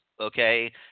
okay